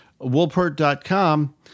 Wolpert.com